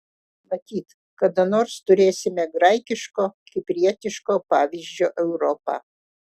matyt kada nors turėsime graikiško kiprietiško pavyzdžio europą